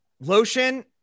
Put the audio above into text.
Lotion